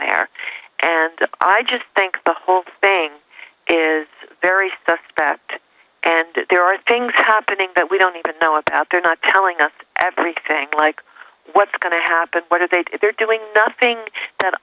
there and i just think the whole thing is very that there are things happening that we don't even know about they're not telling us everything like what's going to happen what if they get there doing nothing that